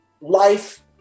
life